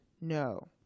No